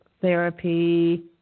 therapy